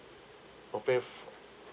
oh pay